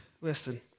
Listen